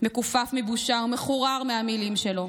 מכופף מבושה ומחורר מהמילים שלו.